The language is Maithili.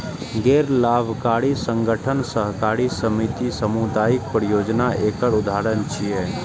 गैर लाभकारी संगठन, सहकारी समिति, सामुदायिक परियोजना एकर उदाहरण छियै